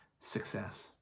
success